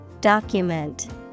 Document